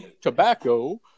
tobacco